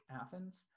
Athens